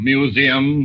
...museum